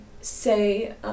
say